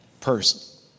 person